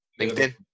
LinkedIn